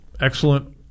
excellent